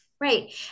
Right